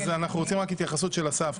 אז אנחנו רוצים רק התייחסות של אסף,